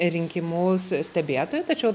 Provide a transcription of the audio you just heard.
rinkimus stebėtojai tačiau